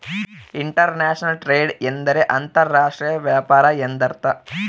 inter national trade ಎಂದರೆ ಅಂತರ್ ರಾಷ್ಟ್ರೀಯ ವ್ಯಾಪಾರ ಎಂದರ್ಥ